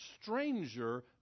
stranger